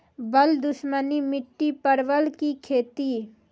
बल दुश्मनी मिट्टी परवल की खेती?